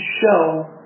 show